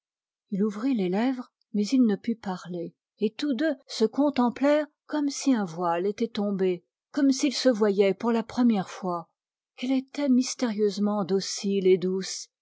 il ouvrit les lèvres mais il ne put parler et tous deux se contemplèrent comme si un voile était tombé comme s'ils se voyaient pour la première fois qu'elle était mystérieusement docile et douce